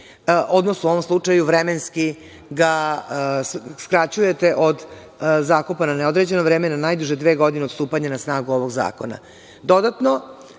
odnosno u ovom slučaju vremenski ga skraćujete od zakupa na neodređeno vreme na najduže dve godine od stupanja na snagu ovog